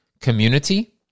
community